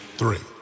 three